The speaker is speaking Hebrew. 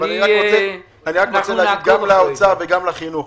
אני רק רוצה להגיד גם לאוצר וגם לחינוך.